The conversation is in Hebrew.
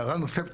הערה נוספת,